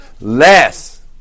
Less